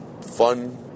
fun